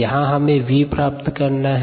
यहाँ हमे v प्राप्त करना है